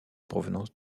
provenance